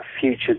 future